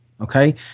okay